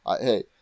Hey